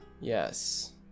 Yes